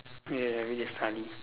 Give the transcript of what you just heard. yeah everyday study